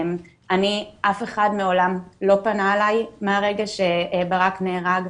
אף אחד מעולם לא פנה אלי מהרגע שברק נהרג,